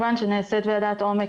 כמובן שנעשית עבודת עומק,